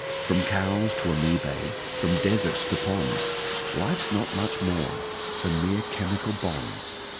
from cows to amoebae, from deserts to ponds life's not much more than mere chemical bonds.